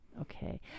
okay